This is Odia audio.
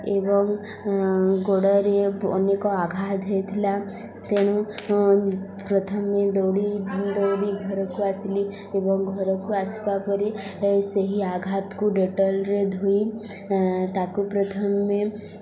ଏବଂ ଗୋଡ଼ରେ ଅନେକ ଆଘାତ ଦେଇଥିଲା ତେଣୁ ପ୍ରଥମେ ଦୌଡ଼ି ଦୌଡ଼ି ଘରକୁ ଆସିଲି ଏବଂ ଘରକୁ ଆସିବା ପରେ ସେହି ଆଘାତକୁ ଡେଟଲ୍ରେ ଧୋଇ ତାକୁ ପ୍ରଥମେ